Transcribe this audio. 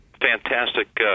fantastic